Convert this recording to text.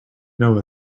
know